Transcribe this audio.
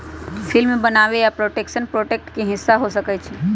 film बनाबे आ production project के हिस्सा हो सकइ छइ